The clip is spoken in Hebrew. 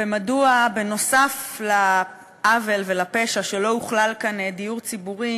ומדוע בנוסף לעוול ולפשע שלא הוכלל כאן דיור ציבורי,